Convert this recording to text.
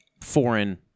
foreign